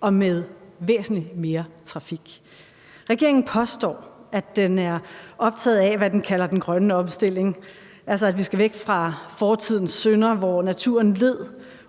og med væsentlig mere trafik. Regeringen påstår, at den er optaget af, hvad den kalder den grønne omstilling, altså at vi skal væk fra fortidens synder, hvor naturen led